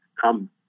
come